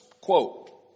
quote